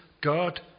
God